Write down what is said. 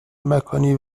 مکانی